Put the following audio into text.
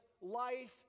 life